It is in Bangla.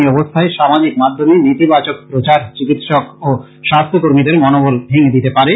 এ অবস্থায় সামাজিক মাধ্যমে নেতিবাচক প্রচার চিকিৎসক ও স্বাস্থ্য কর্মীদের মনোবল ভেঙ্গে দিতে পারে